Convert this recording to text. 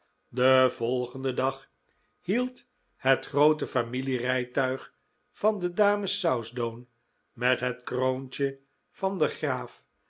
den volgenden dag hield het groote familierijtuig van de dames southdown met het kroontje van den graaf